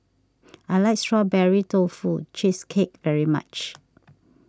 I like Strawberry Tofu Cheesecake very much